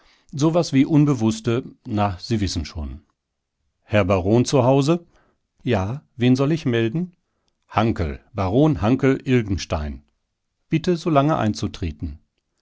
so was wie unbewußte na sie wissen schon herr baron zu hause ja wen soll ich melden hanckel baron hanckel ilgenstein bitte so lange einzutreten